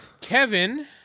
Kevin